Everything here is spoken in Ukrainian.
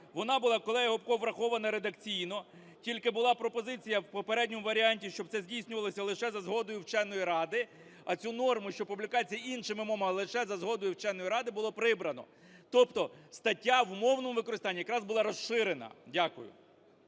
вона була, колегиГопко, врахована редакційно, тільки була пропозиція в попередньому варіанті, щоб це здійснювалося лише за згодою вченої ради. А цю норму, що публікація іншими мовами лише за згодою вченої ради, було прибрано. Тобто стаття в мовному використанні якраз була розширена. Дякую.